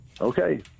Okay